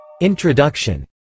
Introduction